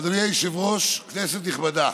אדוני היושב-ראש, כנסת נכבדה,